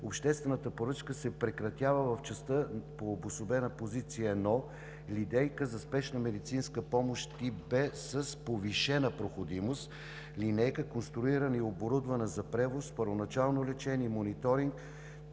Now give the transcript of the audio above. обществената поръчка се прекратява в частта по Обособена позиция № 1: линейка за спешна медицинска помощ тип „В“ с повишена проходимост, конструирана и оборудвана за превоз, първоначално лечение и мониторинг